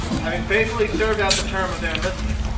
having faithfully served out the term of their enlistment.